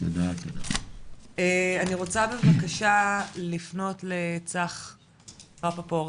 אני רוצה בבקשה לפנות לצח רפפורט,